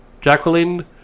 Jacqueline